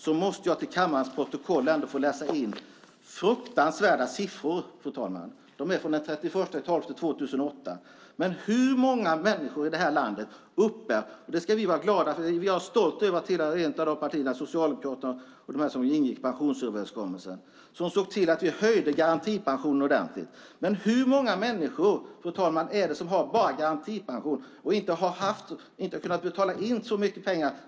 Jag måste då till kammarens protokoll, fru talman, få läsa in fruktansvärda siffror från den 31 december 2008. Vi ska vara stolta över att vara ett av de partier - bland annat Socialdemokraterna - som ingick i pensionsöverenskommelsen och såg till att garantipensionen ordentligt höjdes. Men, fru talman, hur många är det inte som har bara garantipension och som inte kunnat betala in så mycket pengar?